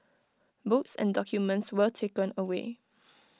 books and documents were taken away